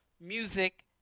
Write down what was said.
music